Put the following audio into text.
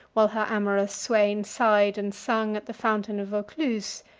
while her amorous swain sighed and sung at the fountain of vaucluse.